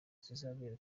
kizabera